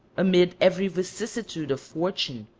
amid every vicissitude of fortune,